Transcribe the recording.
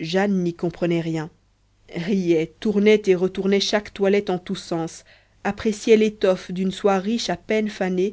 jane n'y comprenait rien riait tournait et retournait chaque toilette en tous sens appréciait l'étoffe d'une soie riche à peine fanée